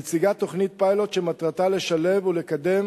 המציגה תוכנית פיילוט שמטרתה לשלב ולקדם